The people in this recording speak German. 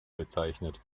bezeichnet